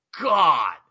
God